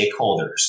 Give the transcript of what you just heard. stakeholders